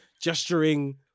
gesturing